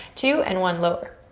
two and one, lower.